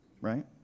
Right